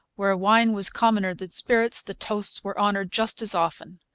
where wine was commoner than spirits, the toasts were honoured just as often.